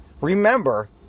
remember